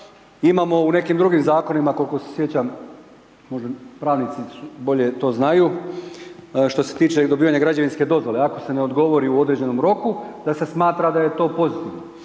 Imamo u nekim drugim zakonima koliko se sjećam možda pravnici bolje to znaju, što se tiče dobivanja građevinske dozvole, ako se ne odgovori u određenom roku da se smatra da je to pozitivno.